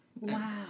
Wow